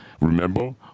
remember